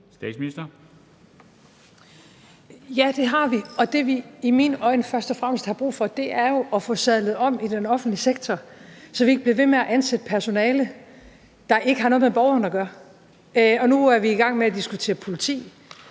Frederiksen): Ja, det har vi. Og det, vi i mine øjne først og fremmest har brug for, er jo at få sadlet om i den offentlige sektor, så vi ikke bliver ved med at ansætte personale, der ikke har noget med borgeren at gøre. Og nu er vi i gang med at diskutere politi,